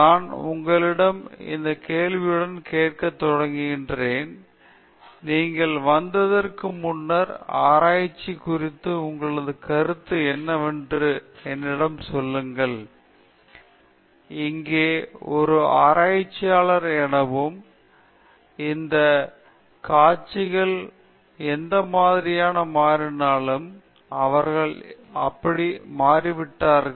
நான் உங்களிடம் இந்த கேள்வியுடன் கேட்கத் தொடங்க விரும்புகிறேன் நீங்கள் வந்ததற்கு முன்னர் ஆராய்ச்சி குறித்த உங்களது கருத்து என்னவென்று என்னிடம் சொல்லுங்கள் இங்கே ஒரு ஆராய்ச்சியாளர் எனவும் இந்த காட்சிகள் எந்த மாதிரியாக மாறினாலும் அவர்கள் அப்படி மாறிவிட்டார்கள்